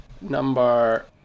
Number